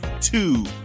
two